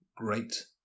Great